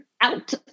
out